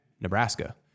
Nebraska